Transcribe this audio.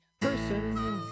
person